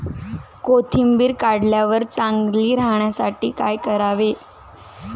कोथिंबीर काढल्यावर चांगली राहण्यासाठी काय करावे?